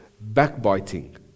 backbiting